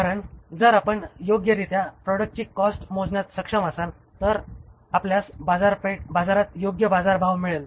कारण जर आपण योग्यरित्या प्रॉडक्टची कॉस्ट मोजण्यास सक्षम असाल तर आपल्यास बाजारात योग्य बाजारभाव मिळेल